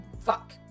fuck